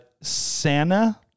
Santa